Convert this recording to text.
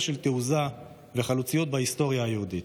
של תעוזה וחלוציות בהיסטוריה היהודית.